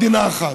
מדינה אחת.